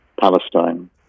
Palestine